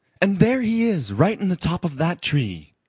and there he is right in the top of that tree.